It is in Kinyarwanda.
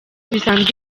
bisanzwe